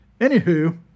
Anywho